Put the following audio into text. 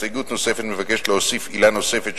הסתייגות נוספת מבקשת להוסיף עילה נוספת,